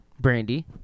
Brandy